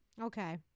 okay